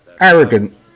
arrogant